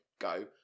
go